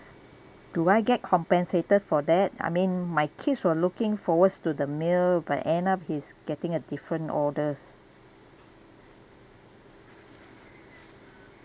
do I get compensated for that I mean my kids were looking forward to the meal but end up he's getting a different orders